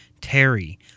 Terry